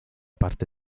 parte